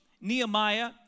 Nehemiah